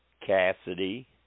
Cassidy